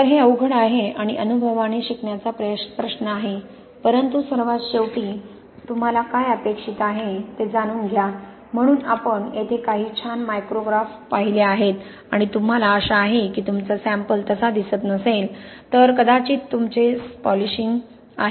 तर हे अवघड आहे आणि अनुभवाने शिकण्याचा प्रश्न आहे परंतु सर्वात शेवटी तुम्हाला काय अपेक्षित आहे ते जाणून घ्या म्हणून आपण येथे काही छान मायक्रोग्राफ पाहिले आहेत आणि तुम्हाला आशा आहे की तुमचा सॅम्पल तसा दिसत नसेल तर कदाचित तुमचे पॉलिशिंग आहे